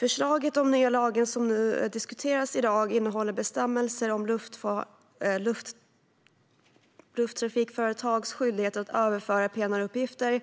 Förslaget om den nya lag som diskuteras i dag innehåller bestämmelser om lufttrafikföretags skyldighet att överföra PNR-uppgifter